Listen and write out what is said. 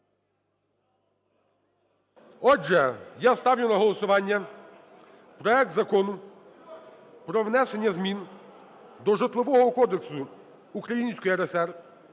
Отже, я ставлю на голосування проект Закону про внесення змін до Житлового кодексу Української РСР